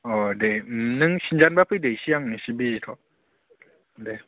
औ दे नों सिनजानोबा फैदो इसे आं बिजिथ' दे